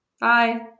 bye